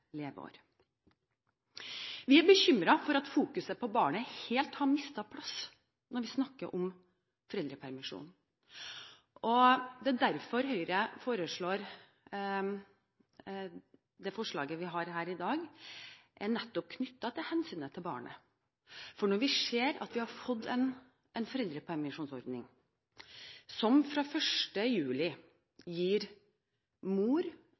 leveår. Vi er bekymret for at fokuseringen på barnet helt har mistet plass når vi snakker om foreldrepermisjonen. Det er derfor Høyre har kommet med dette forslaget vi behandler her i dag. Det er nettopp knyttet til hensynet til barnet. Vi ser at vi har fått en foreldrepermisjonsordning som fra 1. juli gir mor